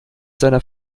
seiner